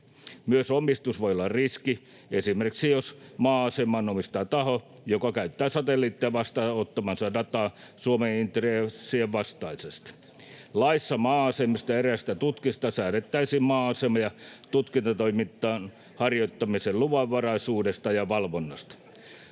Myös omistus voi olla riski, esimerkiksi jos maa-aseman omistaa taho, joka käyttää satelliiteista vastaanottamaansa dataa Suomen intressien vastaisesti. Laissa maa-asemista ja eräistä tutkista säädettäisiin maa-asema- ja tutkatoiminnan harjoittamisen luvanvaraisuudesta ja valvonnasta.